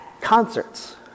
concerts